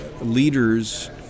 leaders